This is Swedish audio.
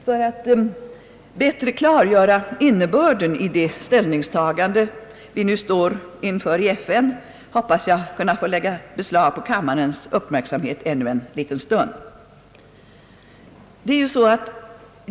För att bättre klargöra innebörden i det ställningstagande vi nu står inför i FN hoppas jag kunna få lägga beslag på kammarens uppmärksamhet ännu en liten stund.